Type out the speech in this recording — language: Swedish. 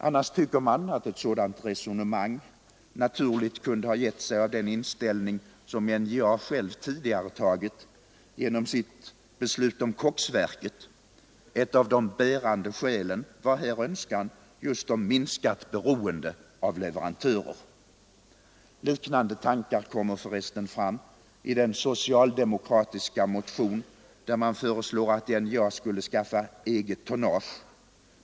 Annars tycker man att ett sådant resonemang naturligt kunde ha givit sig av den ställning NJA självt tagit genom att besluta om koksverket. Ett av de bärande skälen var här önskan om minskat beroende av leverantörer. Liknande tankar kommer för resten fram i den socialdemokratiska motion där man föreslår att NJA skulle skaffa eget tonnage.